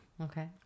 Okay